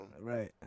Right